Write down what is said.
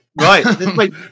Right